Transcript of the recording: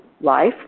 Life